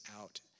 out